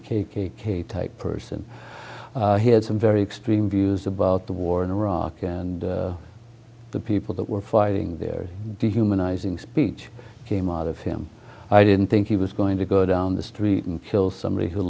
a k k k type person he has a very extreme views about the war in iraq and the people that were fighting there dehumanizing speech came out of him i didn't think he was going to go down the street and kill somebody who